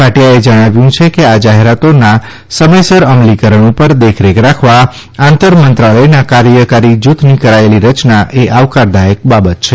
ભાટીયાએ જણાવ્યું છે કે આ જાહેરાતોના સમયસર અમલીકરણ ઉપર દેખરેખ રાખવા આંતર મંત્રાલયના કાર્યકારી જૂથની કરાયેલી રચના એ આવકારદાયક બાબત છે